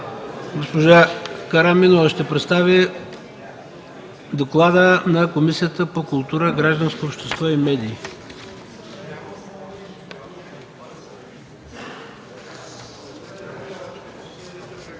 Госпожа Караминова ще представи доклада на Комисията по културата, гражданското общество и медиите.